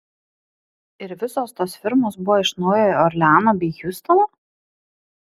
ir visos tos firmos buvo iš naujojo orleano bei hjustono